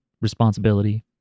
responsibility